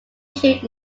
issued